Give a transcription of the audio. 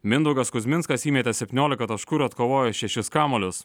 mindaugas kuzminskas įmetė septyniolika taškų ir atkovojo šešis kamuolius